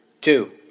two